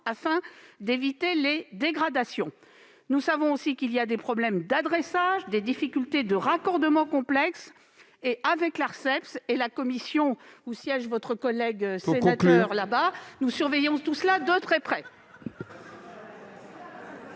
afin d'éviter les dégradations. Nous savons qu'il existe aussi des problèmes d'adressage et des difficultés de raccordement complexes à résoudre. Avec l'Arcep et la commission où siège votre collègue sénateur que j'aperçois, nous surveillons tout cela de très près.